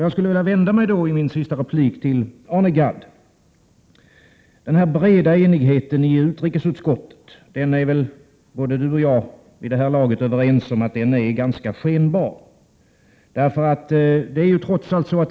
Jag skulle i min sista replik vilja vända mig till Arne Gadd. Han och jag är vid det här laget överens om att denna breda enighet i utrikesutskottet är ganska skenbar.